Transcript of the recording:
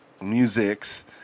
musics